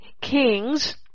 kings